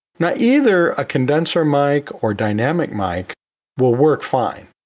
now, either a condenser mic or dynamic mic will work fine,